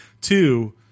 Two